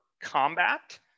combat